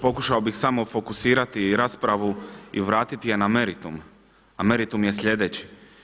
Pokušao bih samo fokusirati raspravu i vratiti je na meritum, a meritum je sljedeći.